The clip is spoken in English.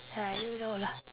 I don't know lah